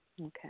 Okay